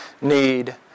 need